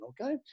okay